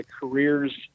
careers